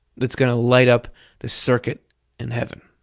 that's going to light up the circuit in heaven.